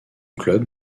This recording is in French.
club